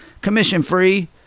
commission-free